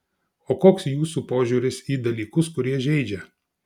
o koks jūsų požiūris į dalykus kurie žeidžia